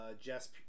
Jess